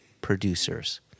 producers